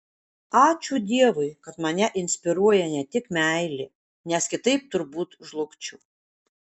ačiū dievui kad mane inspiruoja ne tik meilė nes kitaip turbūt žlugčiau